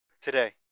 today